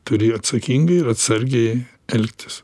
turi atsakingai ir atsargiai elgtis